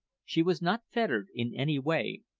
she was not fettered in any way.